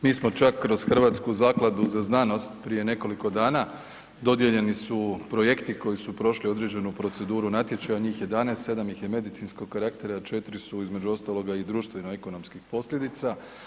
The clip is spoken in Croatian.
Mi smo čak kroz Hrvatsku zakladu za znanost prije nekoliko dana, dodijeljeni su projekti koji su prošli određenu proceduru natječaja, njih 11, 7 ih je medicinskog karaktera, 4 su, između ostaloga i društveno-ekonomskih posljedica.